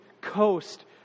coast